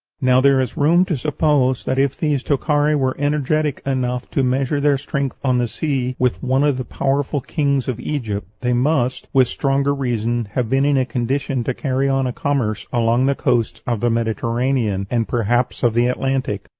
now there is room to suppose that if these tokhari were energetic enough to measure their strength on the sea with one of the powerful kings of egypt, they must, with stronger reason, have been in a condition to carry on a commerce along the coasts of the mediterranean, and perhaps of the atlantic.